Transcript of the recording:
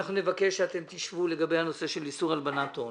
אנחנו נבקש שאתם תשבו לגבי הנושא של איסור הלבנת הון,